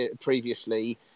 previously